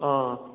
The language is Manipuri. ꯑꯥ